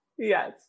Yes